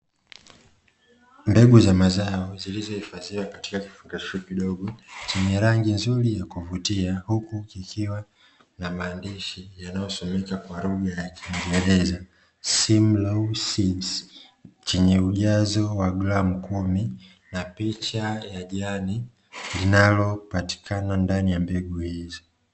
Mbegu za mazao zilizohifadhiwa katika kifungashio kidogo chenye rangi nzuri ya kuvutia, huku kikiwa na maandishi yanayosomeka kwa lugha ya kiingereza simlo sidsi chenye ujazo wa gramu kumi na picha ya jani linalopatikana ndani ya mbegu hizi.